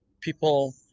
people